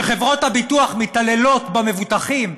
שחברות הביטוח מתעללות במבוטחים,